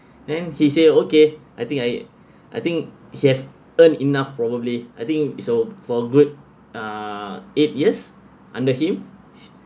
then he say okay I think I I think he has earned enough probably I think it's all for good uh eight years under him